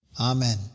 Amen